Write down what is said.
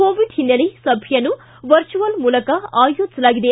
Covid ಹಿನ್ನೆಲೆ ಸಭೆಯನ್ನು virtual ಮೂಲಕ ಆಯೋಜಿಸಲಾಗಿದೆ